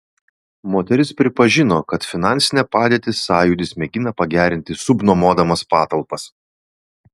moteris pripažino kad finansinę padėtį sąjūdis mėgina pagerinti subnuomodamas patalpas